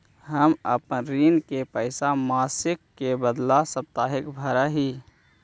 हम अपन ऋण के पैसा मासिक के बदला साप्ताहिक भरअ ही